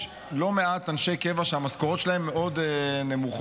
יש לא מעט אנשי קבע שהמשכורות שלהם מאוד נמוכות,